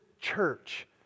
church